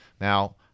Now